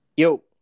Yo